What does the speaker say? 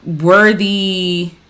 worthy